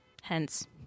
hence